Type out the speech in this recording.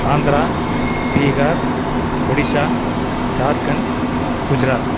Andhra Bihar Odisha Jharkhand Gujarat